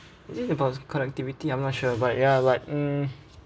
I think it's about connectivity I'm not sure but ya like mm